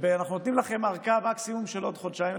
אנחנו נותנים לכם ארכה של עוד חודשיים מקסימום,